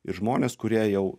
ir žmonės kurie jau